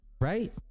right